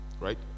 right